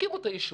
הקימו את היישוב.